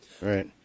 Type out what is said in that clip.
right